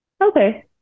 okay